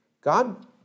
God